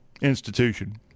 institution